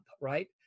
right